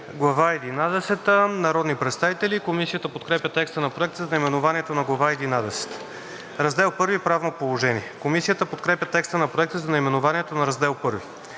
– Народни представители“. Комисията подкрепя текста на Проекта за наименованието на Глава единадесета. „Раздел I – Правно положение“. Комисията подкрепя текста на Проекта за наименованието на Раздел I.